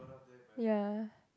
ya